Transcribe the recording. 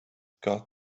got